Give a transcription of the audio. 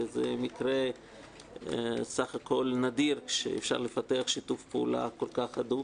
וזה מקרה בסך הכל נדיר שאפשר לפתח שיתוף פעולה כל כך הדוק,